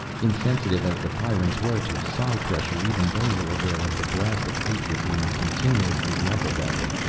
insensitive as the pyrrans were to psi pressure, even they were aware of the blast of hatred being continuously leveled at them.